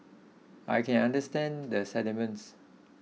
I can understand the sentiments